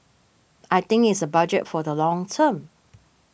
I think it's a budget for the long term